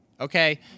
Okay